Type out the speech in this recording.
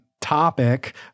topic